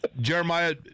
Jeremiah